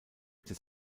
des